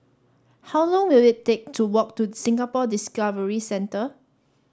how long will it take to walk to Singapore Discovery Centre